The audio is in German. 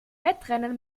wettrennen